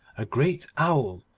a great owl,